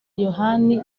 yohani